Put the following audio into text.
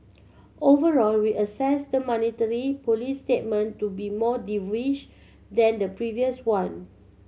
overall we assess the monetary policy statement to be more dovish than the previous one